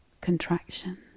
contraction